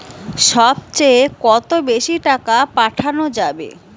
সব চেয়ে কত বেশি টাকা পাঠানো যাবে?